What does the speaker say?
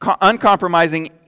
uncompromising